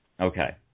Okay